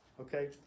Okay